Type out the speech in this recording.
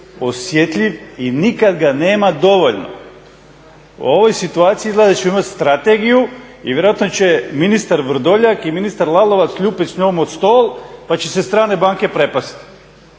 osjetljiv i nikad ga nema dovoljno. U ovoj situaciji izgleda da ćemo imati strategiju i vjerojatno će ministar Vrdoljak i ministar Lalovac lupit s njom o stol pa će se strane banke prepasti.